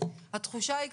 והתחושה היא,